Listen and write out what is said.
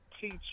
teach